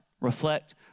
reflect